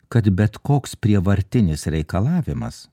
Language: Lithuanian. kad bet koks prievartinis reikalavimas